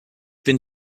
bin